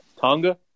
Tonga